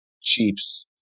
Chiefs